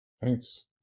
Thanks